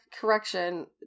correction